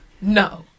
no